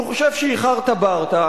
שהוא חושב שהיא חארטה ברטה,